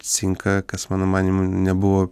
cinką kas mano manymu nebuvo